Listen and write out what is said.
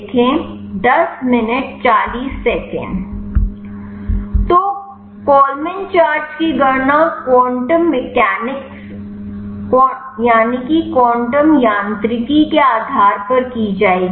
तो क्वाल्मन चार्ज की गणना क्वांटम यांत्रिकी के आधार पर की जाएगी